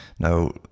Now